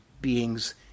beings